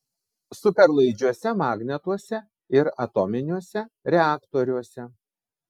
superlaidžiuose magnetuose ir atominiuose reaktoriuose